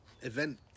Event